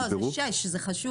לא, זה שש, זה חשוב.